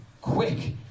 quick